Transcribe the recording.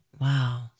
Wow